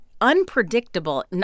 unpredictable